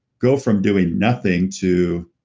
go from doing nothing to